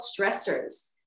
stressors